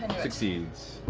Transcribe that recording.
succeeds.